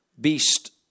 beast